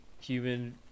human